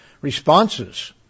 responses